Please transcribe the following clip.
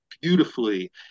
beautifully